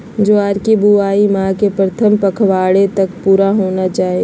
ज्वार की बुआई माह के प्रथम पखवाड़े तक पूरा होना चाही